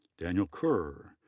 daniel kure,